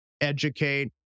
educate